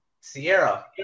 Sierra